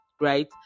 Right